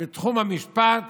בתחום המשפט